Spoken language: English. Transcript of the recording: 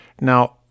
Now